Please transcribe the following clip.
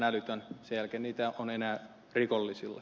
sen jälkeen niitä on enää rikollisilla